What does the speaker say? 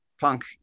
punk